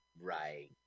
Right